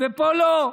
ופה, לא.